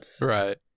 Right